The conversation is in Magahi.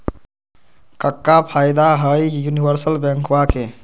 क्का फायदा हई यूनिवर्सल बैंकवा के?